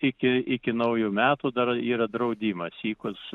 iki iki naujų metų dar yra draudimas sykus